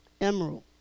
emerald